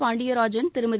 Pandiarajan Thirumathi